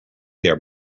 there